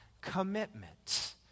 commitment